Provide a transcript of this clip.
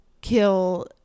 kill